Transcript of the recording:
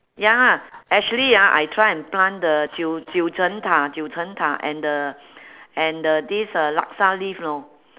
ya actually ah I try and plant the 九九层塔九层塔：jiu jiu ceng ta jiu ceng ta and the and the this uh laksa leaf know